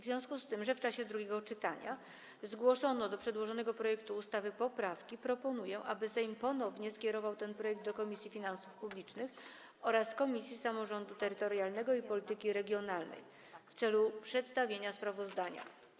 W związku z tym, że w czasie drugiego czytania zgłoszono do przedłożonego projektu ustawy poprawki, proponuję, aby Sejm ponownie skierował ten projekt do Komisji Finansów Publicznych oraz Komisji Samorządu Terytorialnego i Polityki Regionalnej w celu przedstawienia sprawozdania.